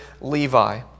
Levi